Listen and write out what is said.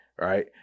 right